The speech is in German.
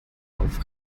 auf